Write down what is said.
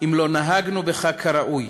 אם לא נהגנו בך כראוי,